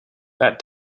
that